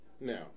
Now